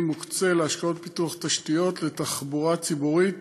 מוקצה להשקעות בפיתוח תשתיות לתחבורה ציבורית